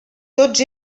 tots